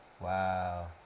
Wow